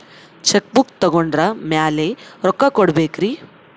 Check book ತೊಗೊಂಡ್ರ ಮ್ಯಾಲೆ ರೊಕ್ಕ ಕೊಡಬೇಕರಿ?